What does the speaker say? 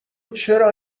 چرا